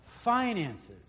finances